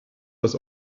das